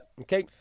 Okay